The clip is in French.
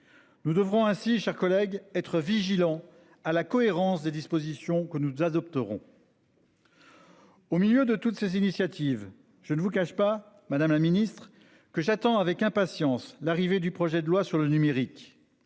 Nous devrons ainsi chers collègues être vigilant à la cohérence des dispositions que nous adopterons. Au milieu de toutes ces initiatives. Je ne vous cache pas Madame la Ministre que j'attends avec impatience l'arrivée du projet de loi sur le numérique.